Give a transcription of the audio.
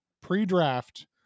pre-draft